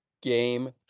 game